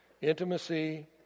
Intimacy